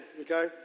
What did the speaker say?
okay